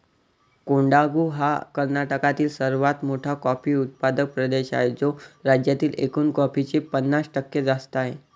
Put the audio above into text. कोडागु हा कर्नाटकातील सर्वात मोठा कॉफी उत्पादक प्रदेश आहे, जो राज्यातील एकूण कॉफीचे पन्नास टक्के जास्त आहे